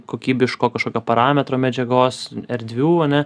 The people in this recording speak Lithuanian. kokybiško kažkokio parametro medžiagos erdvių ane